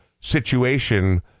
situation